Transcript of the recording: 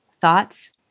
Thoughts